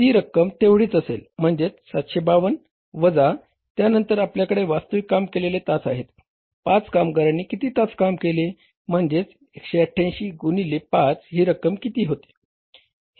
ती रक्कम तेवढीच असेल म्हणजे 752 वजा त्यानंतर आपल्याकडे वास्तविक काम केलेले तास आहेत 5 कामगारांनी किती तास काम केले म्हणजेच 188 गुणिले 5 ही रक्कम किती होते